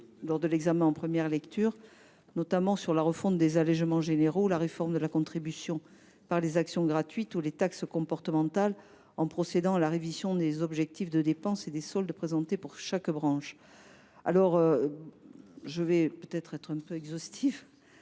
lors de l’examen en première lecture, notamment sur la refonte des allégements généraux, la réforme de la contribution sur les actions gratuites ou les taxes comportementales, en procédant à la révision des objectifs de dépenses et des soldes présentés pour chaque branche. Pour 2025, le solde est